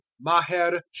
Maher